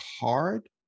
hard